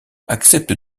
accepte